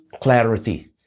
clarity